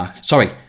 Sorry